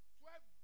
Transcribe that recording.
twelve